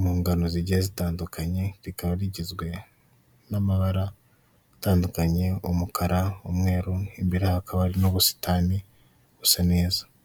mu ntara imwe undi ari mu yindi, umwe ari mu gihugu kimwe undi ari mu kindi, iminara idufashamo muri ubwo buryo bw'itumanho.